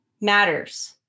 matters